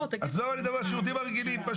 עזוב, אני מדבר על השירותים הרגילים.